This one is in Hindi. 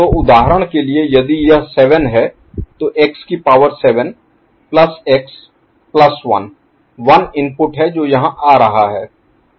तो उदाहरण के लिए यदि यह 7 है तो x की power 7 plus x plus 1 1 input है जो यहां आ रहा है